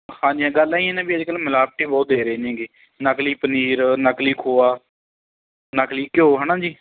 ਹਾਜੀ ਹਾਂ ਗੱਲ ਐਵੇਂ ਹੈ ਨਾ ਵੀ ਅੱਜ ਕੱਲ੍ਹ ਮਿਲਾਵਟੀ ਬਹੁਤ ਦੇ ਰਹੇ ਨੇ ਹੈਗੇ ਨਕਲੀ ਪਨੀਰ ਨਕਲੀ ਖੋਆ ਨਕਲੀ ਘਿਓ ਹੈ ਨਾ ਜੀ